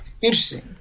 interesting